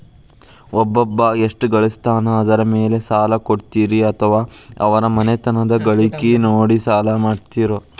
ಒಬ್ಬವ ಎಷ್ಟ ಗಳಿಸ್ತಾನ ಅದರ ಮೇಲೆ ಸಾಲ ಕೊಡ್ತೇರಿ ಅಥವಾ ಅವರ ಮನಿತನದ ಗಳಿಕಿ ನೋಡಿ ಸಾಲ ಕೊಡ್ತಿರೋ?